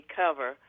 cover